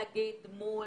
נכון.